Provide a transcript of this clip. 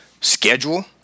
schedule